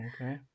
Okay